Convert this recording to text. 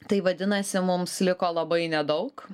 tai vadinasi mums liko labai nedaug